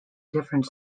different